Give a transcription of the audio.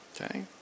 Okay